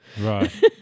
Right